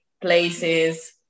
places